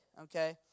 okay